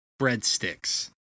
breadsticks